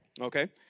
okay